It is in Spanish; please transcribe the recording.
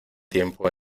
tiempo